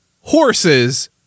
horses